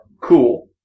cool